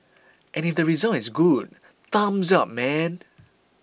and if the result is good thumbs up man